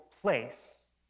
place